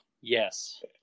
Yes